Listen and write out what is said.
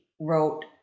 wrote